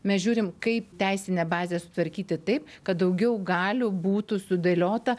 mes žiūrim kaip teisinę bazę sutvarkyti taip kad daugiau galių būtų sudėliota